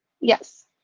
Yes